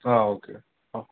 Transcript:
okay